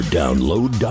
download